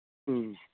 ꯎꯝ